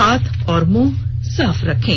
हाथ और मुंह साफ रखें